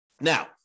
Now